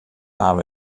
hawwe